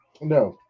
No